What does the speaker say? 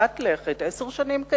לעשר שנים.